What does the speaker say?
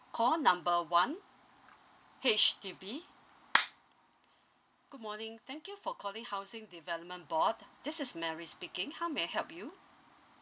call number one H_D_B good morning thank you for calling housing development board this is mary speaking how may I help you